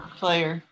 player